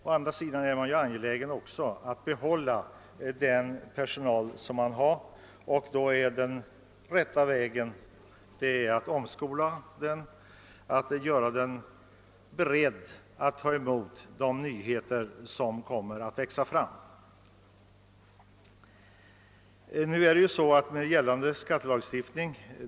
Å andra sidan är man angelägen om att behålla den personal som man har. Då är den rätta vägen att omskola personalen för att göra den beredd för den nya situation som uppstår.